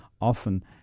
often